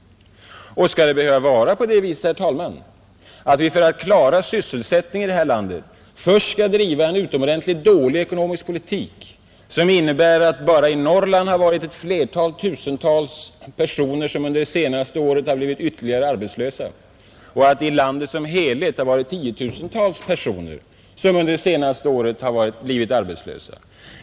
Och skall det behöva vara på det viset, herr talman, att vi för att klara sysselsättningen här i landet först skall driva en utomordentligt dålig ekonomisk politik, som innebär att bara i Norrland ytterligare flera tusen personer under det senaste året har blivit arbetslösa och att i landet som helhet tiotusentals personer under det senaste året har blivit arbetslösa?